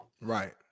Right